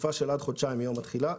בתקופה של עד חודשיים מיום התחילה,